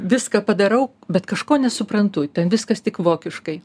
viską padarau bet kažko nesuprantu ten viskas tik vokiškai